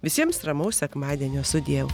visiems ramaus sekmadienio sudiev